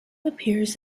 appears